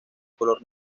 color